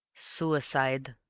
suicide,